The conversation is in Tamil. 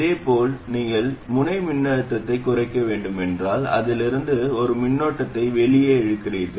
இதேபோல் நீங்கள் முனை மின்னழுத்தத்தைக் குறைக்க வேண்டும் என்றால் அதிலிருந்து ஒரு மின்னோட்டத்தை வெளியே இழுக்கிறீர்கள்